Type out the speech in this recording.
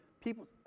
people